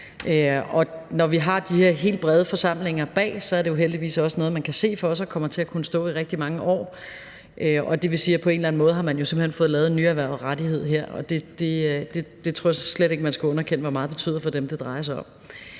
Når vi har de her helt brede forsamlinger bag, er det jo heldigvis også noget, man kan se for sig kommer til at kunne stå i rigtig mange år, og det vil sige, at vi her på en eller anden måde har fået lavet en nyerhvervet rettighed. Det tror jeg slet ikke man skal underkende hvor meget betyder for dem, det drejer sig om.